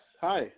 Hi